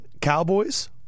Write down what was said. Cowboys